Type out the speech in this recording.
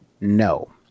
No